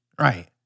Right